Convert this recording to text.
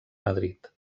madrid